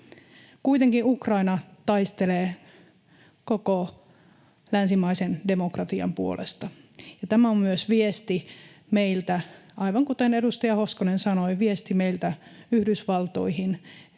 Kuitenkin Ukraina taistelee koko länsimaisen demokratian puolesta. Tämä on myös, aivan kuten edustaja Hoskonen sanoi, viesti meiltä Yhdysvaltoihin,